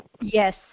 Yes